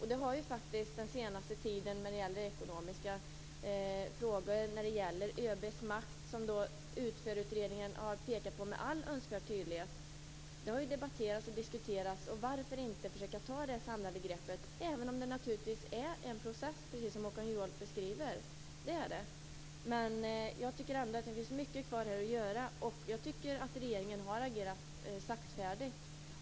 Under den senaste tiden har ekonomiska frågor och ÖB:s makt, som UTFÖR-utredningen med all önskvärd tydlighet har pekat på, debatterats och diskuterats. Varför inte försöka ta det samlade greppet även om det, precis som Håkan Juholt säger, naturligtvis handlar om en process? Det finns mycket kvar att göra. Jag tycker att regeringen har agerat saktfärdigt.